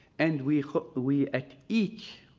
and we hope we at each